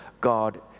God